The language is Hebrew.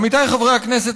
עמיתיי חברי הכנסת,